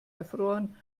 erfroren